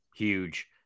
huge